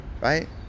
Right